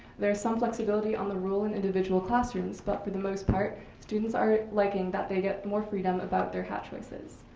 there's some flexibility on the rule in individual classrooms, but for the most part, students are liking that they get more freedom about their hat choices.